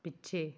ਪਿੱਛੇ